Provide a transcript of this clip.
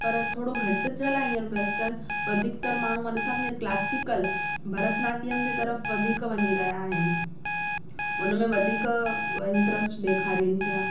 पर थोड़ो घटि थिअल आहे वेस्टर्न वधीकतर माण्हू मां ॾींसाती क्लासिकल भरतनाट्यम जी तरफ़ वधीक वञी रया आहिन उनमें वधीक इंट्रेस्ट ॾेखारिनि पिया